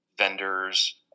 Vendors